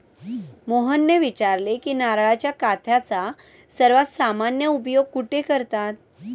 मोहनने विचारले की नारळाच्या काथ्याचा सर्वात सामान्य उपयोग कुठे करतात?